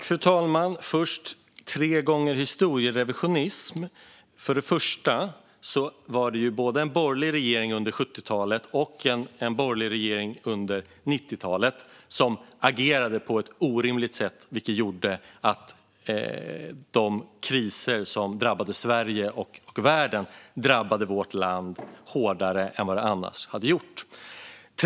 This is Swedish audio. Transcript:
Fru talman! Först tre gånger historierevisionism: Först och främst var det borgerliga regeringar både under 70-talet och under 90-talet som agerade på ett orimligt sätt, vilket gjorde att de kriser som drabbade Sverige och världen drabbade vårt land hårdare än vad de annars skulle ha gjort.